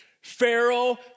Pharaoh